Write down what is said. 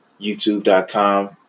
youtube.com